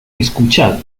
escuchad